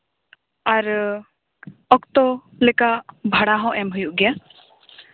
ᱟᱨ ᱚᱠᱛᱚ ᱞᱮᱠᱟ ᱵᱷᱟᱲᱟ ᱦᱚᱸ ᱮᱢ ᱦᱩᱭᱩᱜ ᱜᱮᱭᱟ